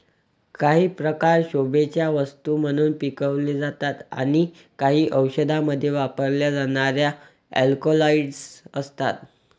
काही प्रकार शोभेच्या वस्तू म्हणून पिकवले जातात आणि काही औषधांमध्ये वापरल्या जाणाऱ्या अल्कलॉइड्स असतात